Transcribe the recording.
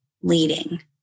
leading